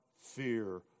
fear